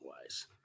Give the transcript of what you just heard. wise